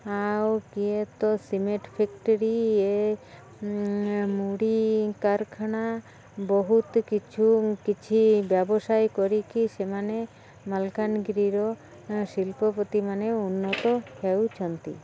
ଆଉ କିଏ ତ ସିମେଣ୍ଟ ଫ୍ୟାକ୍ଟରୀ ଏ ମୁଢ଼ି କାରଖାନା ବହୁତ କିଛୁ କିଛି ବ୍ୟବସାୟ କରିକି ସେମାନେ ମାଲକାନଗିରିର ଶିଳ୍ପପତି ମାନେ ଉନ୍ନତ ହେଉଛନ୍ତି